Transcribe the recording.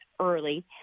early